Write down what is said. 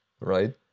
Right